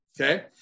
Okay